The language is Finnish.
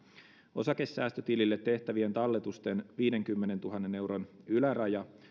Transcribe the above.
osakesäästötilille tehtävien talletusten viidenkymmenentuhannen euron yläraja